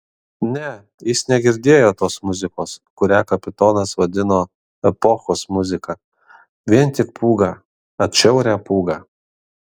ne jis negirdėjo tos muzikos kurią kapitonas vadino epochos muzika vien tik pūgą atšiaurią pūgą